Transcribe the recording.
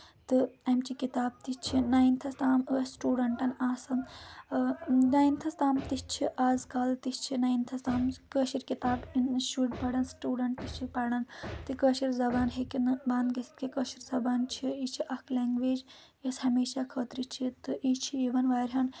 تہٕ امچہِ کِتاب تہِ چھِ ناینتھَس تام ٲسۍ سٹوٗڈَنٹَن آسان نایِنتھَس تام تہِ چھِ آز کَل تہِ چھِ ناینتھَس تام کٲشِر کِتاب شُرۍ پَران سٹوٗڈَنٛٹ تہِ چھِ پران تہٕ کٲشِر زبان ہیٚکہِ نہٕ بنٛد گٔژھِتھ کینٛہہ کٲشِر زبان چھِ یہِ چھِ اَکھ لینٛگویج یۄس ہمیشہ خٲطرٕ چھِ تہٕ یہِ چھِ یِوان واریاہَن